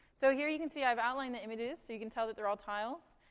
so here you can see i've outlined the images. so you can tell that they're all tiles.